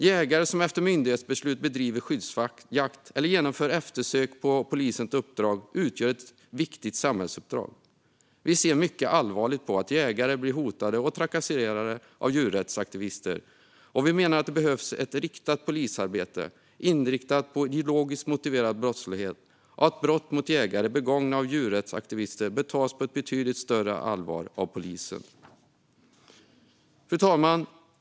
Jägare som efter myndighetsbeslut bedriver skyddsjakt eller genomför eftersök på polisens uppdrag utför ett viktigt samhällsuppdrag. Vi ser mycket allvarligt på att jägare blir hotade och trakasserade av djurrättsaktivister. Vi menar att det behövs ett polisarbete inriktat på ideologiskt motiverad brottslighet och att brott mot jägare begångna av djurrättsaktivister bör tas på betydligt större allvar av polisen. Fru talman!